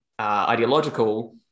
ideological